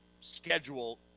schedule